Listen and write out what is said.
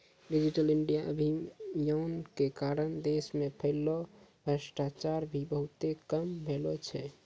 digital India अभियान के कारण देश मे फैल्लो भ्रष्टाचार भी बहुते कम भेलो छै